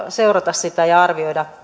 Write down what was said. seurata ja arvioida